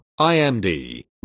IMD